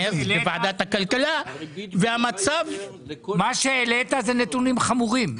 הנתונים שהעלית, הם חמורים.